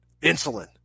insulin